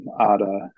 Ada